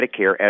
Medicare